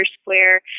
Square